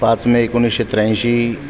पाच मे एकोणीसशे त्र्याऐंशी